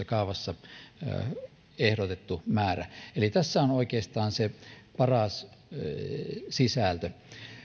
kaavassa ehdotettu määrä eli tässä on oikeastaan se paras sisältö